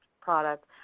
product